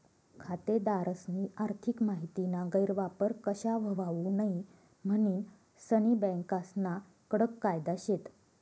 खातेदारस्नी आर्थिक माहितीना गैरवापर कशा व्हवावू नै म्हनीन सनी बँकास्ना कडक कायदा शेत